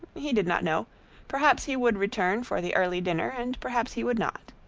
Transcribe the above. he did not know perhaps he would return for the early dinner and perhaps he would not.